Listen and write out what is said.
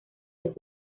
los